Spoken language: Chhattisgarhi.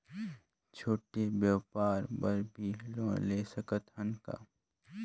छोटे व्यापार बर भी लोन ले सकत हन का?